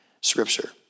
scripture